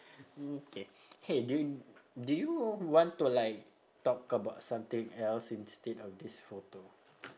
mm K hey do you do you want to like talk about something else instead of this photo